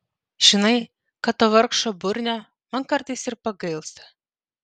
žinai kad to vargšo burnio man kartais ir pagailsta